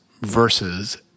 versus